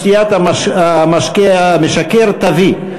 במקום "וכי שתיית המשקה המשכר עלולה להביא"